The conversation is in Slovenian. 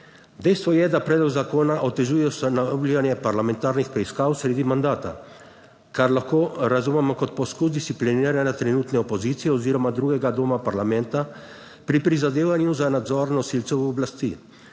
dejstvo je, da predlog zakona otežuje ustanavljanje parlamentarnih preiskav sredi mandata. Kar lahko razumemo kot poskus discipliniranja trenutne opozicije oziroma drugega doma parlamenta. Pri prizadevanju za nadzor nosilcev oblasti